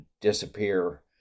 disappear